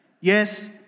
Yes